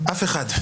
אף אחד.